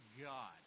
God